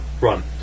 Run